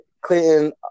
Clinton